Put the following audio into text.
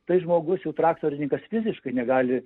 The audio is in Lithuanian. tai žmogus jau traktorininkas fiziškai negali